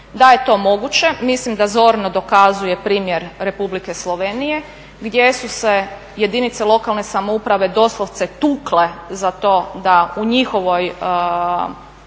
Da je to moguće mislim da zorno dokazuje primjer Republike Slovenije gdje su se jedinice lokalne samouprave doslovce tukle za to da u njihovoj